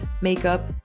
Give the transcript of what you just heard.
makeup